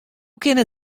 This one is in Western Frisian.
kinne